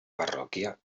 parròquia